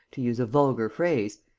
to use a vulgar phrase,